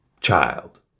child